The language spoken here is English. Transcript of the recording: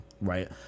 right